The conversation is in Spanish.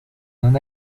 una